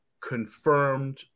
confirmed